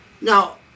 Now